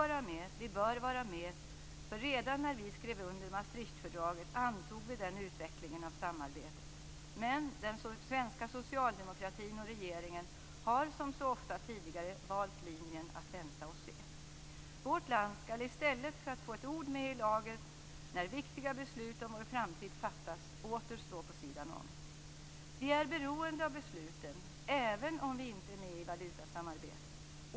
Vi får inte bara vara med; vi bör vara med, eftersom vi redan när vi skrev under Maastrichtfördraget antog den utvecklingen av samarbetet. Men den svenska socialdemokratin och regeringen har som så ofta tidigare valt linjen att man skall vänta och se. Vårt land skall i stället för att få ett ord med i laget när viktiga beslut om vår framtid fattas åter stå vid sidan av. Vi är beroende av besluten även om vi inte är med i valutasamarbetet.